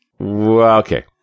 Okay